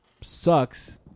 sucks